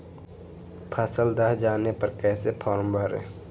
फसल दह जाने पर कैसे फॉर्म भरे?